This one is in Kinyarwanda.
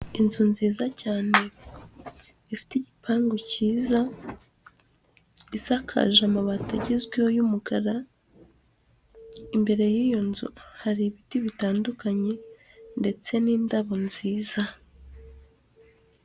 Inzu nziza cyane ifite igipangu cyiza, isakaje amabati agezweho y'umukara, imbere y'iyo nzu hari ibiti bitandukanye ndetse n'indabo nziza.